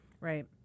Right